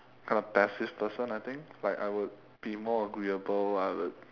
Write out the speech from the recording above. kind of passive person I think like I would be more agreeable I would